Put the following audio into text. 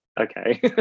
okay